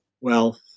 wealth